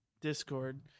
Discord